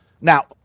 Now